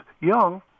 young